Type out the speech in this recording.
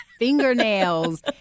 Fingernails